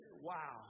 wow